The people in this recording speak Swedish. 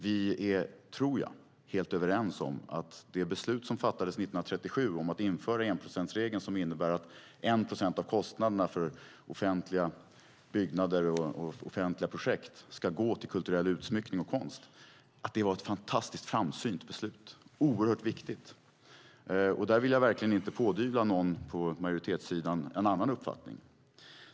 Vi är, tror jag, helt överens om att det beslut som fattades 1937 om att införa enprocentsregeln, som innebär att 1 procent av kostnaderna för offentliga byggnader och offentliga projekt ska gå till kulturell utsmyckning och konst, var ett fantastiskt framsynt beslut. Det är oerhört viktigt. Där vill jag verkligen inte pådyvla någon på majoritetssidan en annan uppfattning.